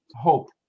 hope